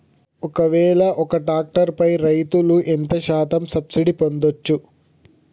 ఒక్కవేల ఒక్క ట్రాక్టర్ పై రైతులు ఎంత శాతం సబ్సిడీ పొందచ్చు?